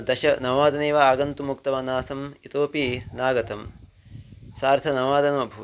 दश नववादने एव आगन्तुम् उक्तवान् आसम् इतोऽपि नागतं सार्धनववादनमभूत्